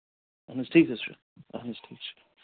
اَہن حظ ٹھیٖک حظ چھُ اَہن حظ ٹھیٖک چھُ